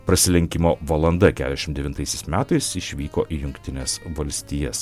prasilenkimo valanda kešim devintaisiais metais išvyko į jungtines valstijas